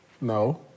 No